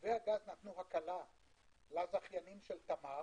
במתווה הגז נתנו הקלה לזכיינם של תמר